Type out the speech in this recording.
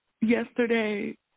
Yesterday